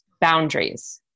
boundaries